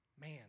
Man